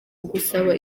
gusaba